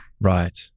Right